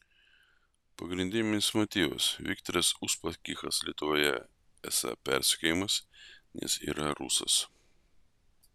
pagrindinis motyvas viktoras uspaskichas lietuvoje esą persekiojamas nes yra rusas